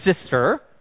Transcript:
sister